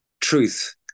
truth